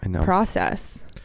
process